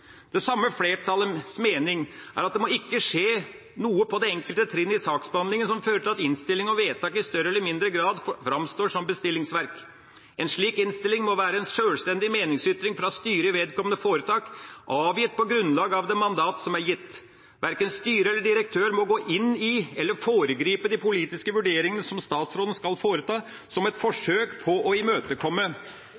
Det samme flertallets mening er at det ikke må skje noe på det enkelte trinn i saksbehandlinga som fører til at innstilling og vedtak i større eller mindre grad framstår som bestillingsverk. En slik innstilling må være en sjølstendig meningsytring fra styret i vedkommende foretak, avgitt på grunnlag av det mandat som er gitt. Verken styre eller direktør må gå inn i eller foregripe de politiske vurderingene som statsråden skal foreta, som et forsøk på å imøtekomme